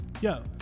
Yo